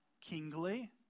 kingly